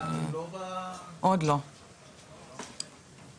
אדוני, אלה דברים אמיתיים שקורים.